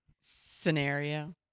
scenario